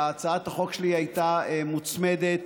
והצעת החוק שלי הייתה מוצמדת,